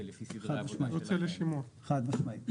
חד משמעית.